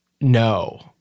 no